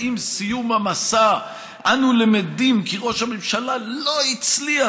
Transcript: ועם סיום המסע אנו למדים כי ראש הממשלה לא הצליח